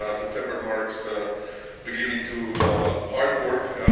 ah september marks a beginning to hard work